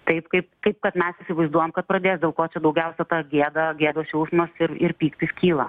taip kaip kaip kad mes įsivaizduojam kad pradės dėl ko čia daugiausia ta gėda gėdos jausmas ir ir pyktis kyla